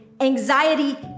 Anxiety